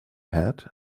hat